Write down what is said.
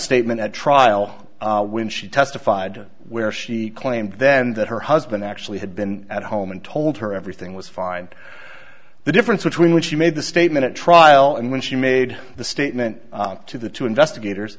statement at trial when she testified where she claimed then that her husband actually had been at home and told her everything was fine the difference between when she made the statement at trial and when she made the statement to the two investigators